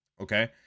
Okay